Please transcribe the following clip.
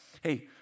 hey